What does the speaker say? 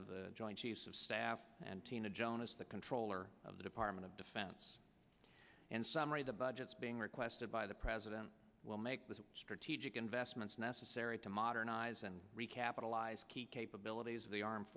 of the joint chiefs of staff and tina jonas the controller of the department of defense and summary the budget is being requested by the president will make the strategic investments necessary to modernize and recapitalise key capabilities of the armed